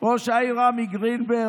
ראש העיר זה רמי גרינברג.